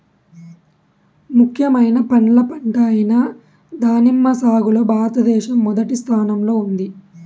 ముఖ్యమైన పండ్ల పంట అయిన దానిమ్మ సాగులో భారతదేశం మొదటి స్థానంలో ఉంది